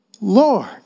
Lord